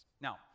now